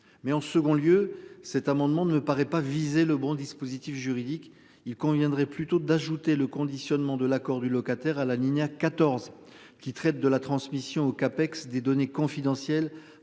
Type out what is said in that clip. mais en second lieu, cet amendement ne me paraît pas viser le bon dispositif juridique il conviendrait plutôt d'ajouter le conditionnement de l'accord du locataire à la ligne à 14 qui traite de la transmission au CAPEX des données confidentielles